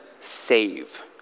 save